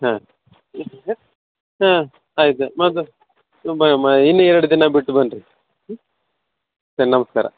ಹಾಂ ಹಾಂ ಆಯ್ತು ಮತ್ತು ಇನ್ನು ಎರಡು ದಿನ ಬಿಟ್ಟು ಬನ್ನಿರಿ ಹ್ಞೂ ಸರಿ ನಮಸ್ಕಾರ